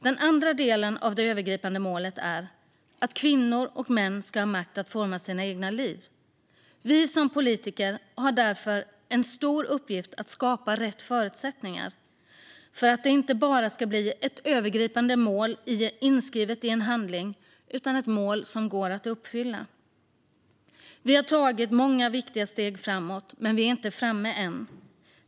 Den andra delen av det övergripande målet är att kvinnor och män ska ha makt att forma sina egna liv. Vi som politiker har därför en stor uppgift att skapa rätt förutsättningar, så att det inte bara ska bli ett övergripande mål inskrivet i en handling utan ett mål som går att uppfylla. Vi har tagit många viktiga steg framåt, men vi är inte framme än.